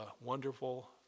wonderful